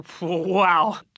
wow